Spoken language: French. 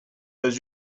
dans